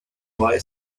boy